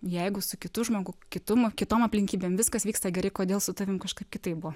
jeigu su kitu žmogu kitu kitom aplinkybėm viskas vyksta gerai kodėl su tavim kažkaip kitaip buvo